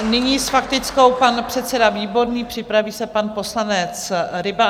Nyní s faktickou pan předseda Výborný, připraví se pan poslanec Ryba.